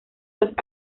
los